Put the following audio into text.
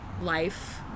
life